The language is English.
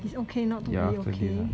it's okay not to be okay